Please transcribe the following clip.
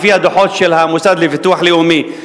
לפי הדוחות של המוסד לביטוח לאומי,